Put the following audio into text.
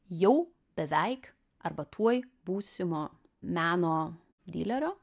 jau beveik arba tuoj būsimo meno dilerio